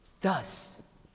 Thus